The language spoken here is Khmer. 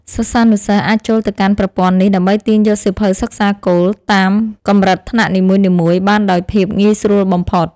សិស្សានុសិស្សអាចចូលទៅកាន់ប្រព័ន្ធនេះដើម្បីទាញយកសៀវភៅសិក្សាគោលតាមកម្រិតថ្នាក់នីមួយៗបានដោយភាពងាយស្រួលបំផុត។